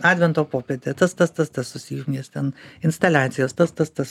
advento popietė tas tas tas tas susijungęs ten instaliacijos tas tas tas